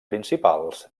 principals